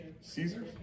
Caesar